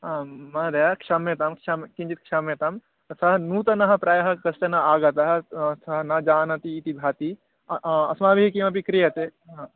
आं महोदये क्षम्यतां क्षम् किञ्चित् क्षम्यतां सः नूतनः प्रायः कश्चन आगतः सः न जानाति इति भाति अस्माभिः किमपि क्रियते